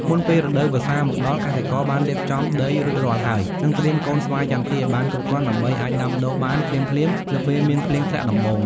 មុនពេលរដូវវស្សាមកដល់ កសិករបានរៀបចំដីរួចរាល់ហើយ និងត្រៀមកូនស្វាយចន្ទីឱ្យបានគ្រប់គ្រាន់ ដើម្បីអាចដាំដុះបានភ្លាមៗនៅពេលមានភ្លៀងធ្លាក់ដំបូង។